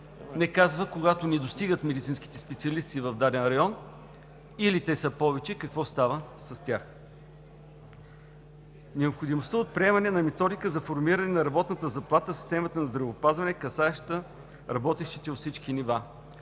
не казва когато не достигат медицинските специалисти в даден район или те са повече, какво става с тях. Необходимостта от приемане на методика за формиране на работната заплата в системата на здравеопазването, касаеща работещите от всички нива